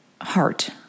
heart